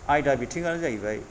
आयदा बिथिङानो जाहैबाय